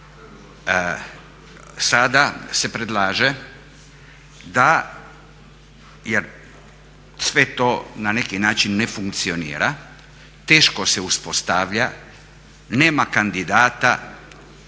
sada se predlaže da, jer sve to na neki način ne funkcionira, teško se uspostavlja, nema kandidata,